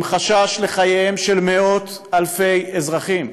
עם חשש לחייהם של מאות-אלפי אזרחים,